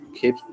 keep